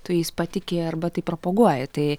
tu jais patiki arba tai propaguoji tai